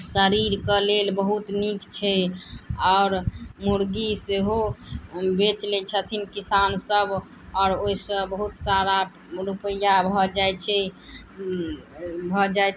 शरीरके लेल बहुत नीक छै आओर मुर्गी सेहो बेच लै छथिन किसान सब आओर ओहिसँ बहुत सारा रुपैआ भऽ जाइ छै भऽ जाइ छै